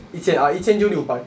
一千 ah 一千就六百